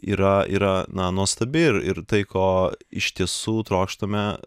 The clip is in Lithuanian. yra yra na nuostabi ir ir tai ko iš tiesų trokštame